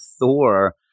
Thor